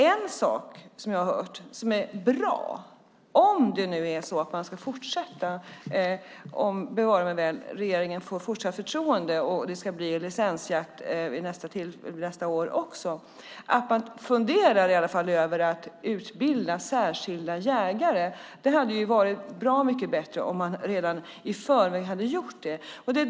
En sak som jag har hört som är bra - om regeringen, bevare mig väl, får fortsatt förtroende och om det ska vara licensjakt nästa år också - är att man i alla fall funderar på att utbilda särskilda jägare. Det hade varit bra mycket bättre om man redan i förväg hade gjort det.